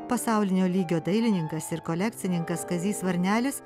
pasaulinio lygio dailininkas ir kolekcininkas kazys varnelis